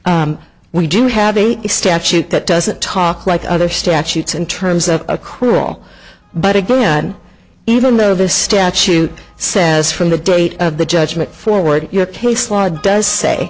we do have a statute that doesn't talk like other statutes in terms of a cruel but again even though the statute says from the date of the judgment forward your case law does say